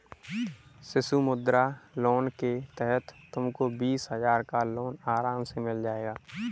शिशु मुद्रा लोन के तहत तुमको बीस हजार का लोन आराम से मिल जाएगा